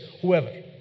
whoever